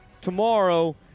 tomorrow